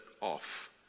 off